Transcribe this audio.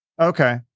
Okay